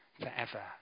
forever